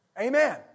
Amen